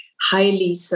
highly